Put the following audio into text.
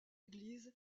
église